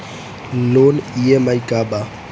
Loan EMI का बा?